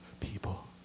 people